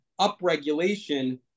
upregulation